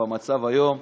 במצב היום,